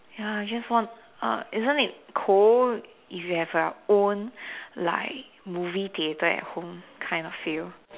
ya I just want uh isn't it cold if you have your own like movie theatre at home kind of feel